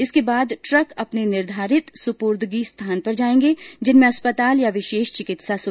इसके बाद ट्रक अपने निर्धारित सुपुर्दगी स्थान पर जाएंगे जिनमें अस्पताल या विशेष चिकित्सा सुविधाए शामिल हैं